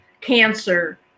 cancer